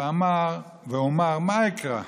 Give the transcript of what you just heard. ואמר מה אקרא.